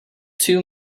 two